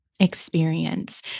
Experience